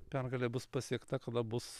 pergalė bus pasiekta kada bus